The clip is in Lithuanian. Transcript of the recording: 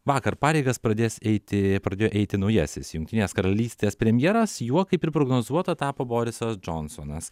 vakar pareigas pradės eiti pradėjo eiti naujasis jungtinės karalystės premjeras juo kaip ir prognozuota tapo borisas džonsonas